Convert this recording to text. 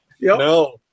No